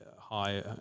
high